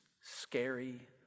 scary